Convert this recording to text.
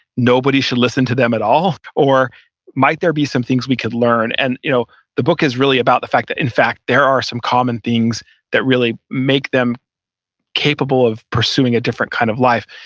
nobody should listen to them at all or might there be some things we could learn? and you know the book is really about the fact that in fact there are some common things that really make them capable of pursuing a different kind of life.